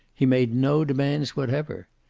he made no demands whatever.